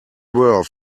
were